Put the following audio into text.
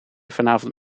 vanavond